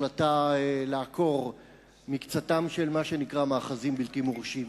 ההחלטה לעקור מקצת מה שנקרא "מאחזים בלתי מורשים".